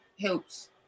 helps